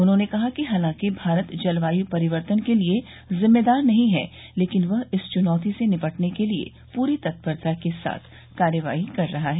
उन्होंने कहा कि हालांकि भारत जलवायू परिवर्तन के लिए जिम्मेदार नहीं है लेकिन वह इस चुनौती से निपटने के लिए पूरी तत्परता के साथ कार्रवाई कर रहा है